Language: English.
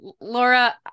Laura